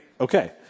Okay